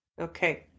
Okay